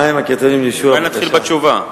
מה הם הקריטריונים לאישור, אולי נתחיל בתשובה?